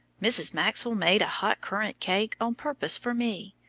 mrs. maxwell made a hot currant cake on purpose for me,